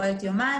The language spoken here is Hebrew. יכול להיות יומיים,